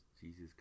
Jesus